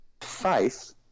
faith